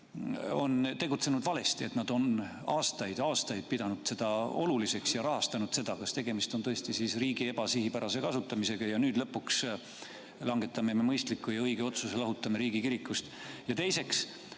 tegutsenud valesti, kui te aastaid-aastaid pidasite seda oluliseks ja rahastasite seda? Kas tegemist on tõesti riigi raha ebasihipärase kasutamisega ja nüüd lõpuks langetame me mõistliku ja õige otsuse ning lahutame riigi kirikust? Teiseks,